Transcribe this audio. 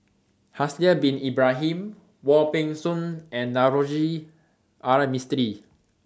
Haslir Bin Ibrahim Wong Peng Soon and Navroji R Mistri